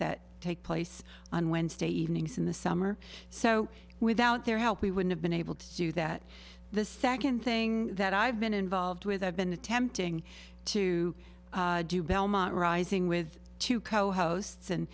that take place on wednesday evenings in the summer so without their help we would have been able to do that the second thing that i've been involved with i've been attempting to do belmont rising with two co hosts and